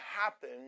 happen